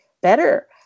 better